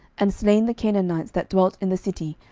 and slain the canaanites that dwelt in the city,